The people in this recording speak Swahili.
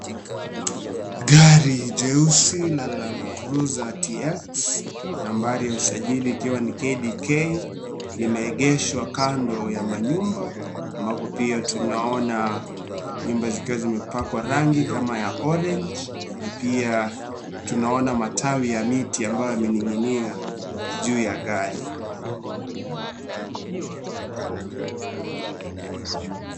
Gari jeusi la land cruiser TX , nambari ya usajili ikiwa ni KDK limeegeshwa Kando ya manyumba ambavyo pia tunaona nyumba zikiwa zimepakwa rangi kama ya (CS)orange(CS)na pia tunaona matawi ya miti ambayo yameninginia juu ya gari.